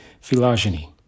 phylogeny